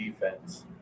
defense